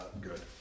good